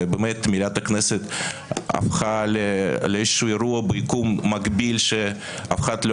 ובאמת מליאת הכנסת הפכה לאיזשהו אירוע ביקום מקביל שאף אחד לא